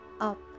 Up